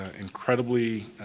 incredibly